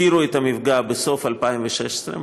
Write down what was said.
את המפגע בסוף 2016,